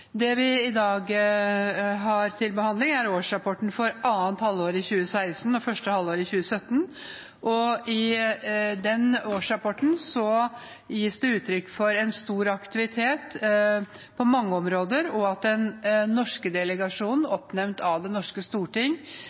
til behandling i dag, er årsrapporten for annet halvår 2016/første halvår 2017. I den årsrapporten gis det uttrykk for stor aktivitet på mange områder, og at den norske delegasjonen, oppnevnt av det norske storting,